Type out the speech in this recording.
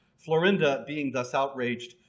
florinda being thus outraged,